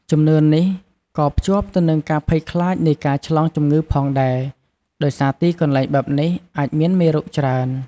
ជំនឿនេះក៏ភ្ជាប់ទៅនឹងការភ័យខ្លាចនៃការឆ្លងជំងឺផងដែរ ដោយសារទីកន្លែងបែបនេះអាចមានមេរោគច្រើន។